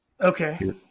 okay